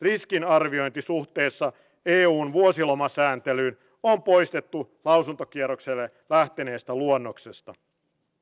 satunnaiset kohtaamiset ystävyyssuhteet ja yhdessä tekeminen tukevat suomeen asettumisessa